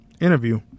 interview